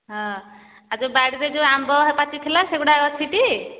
ହଁ ଆଉ ଯୋଉ ବାଡ଼ି ରେ ଯୋଉ ଆମ୍ବ ପାଚିଥିଲା ସେଗୁଡ଼ା ଅଛି ଟି